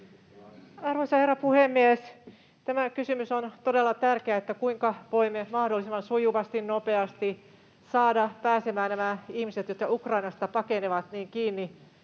Arvoisa herra puhemies! Tämä kysymys on todella tärkeä — kuinka voimme mahdollisimman sujuvasti ja nopeasti saada nämä ihmiset, jotka Ukrainasta pakenevat, kiinni